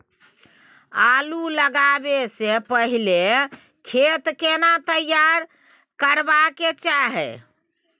आलू लगाबै स पहिले खेत केना तैयार करबा के चाहय?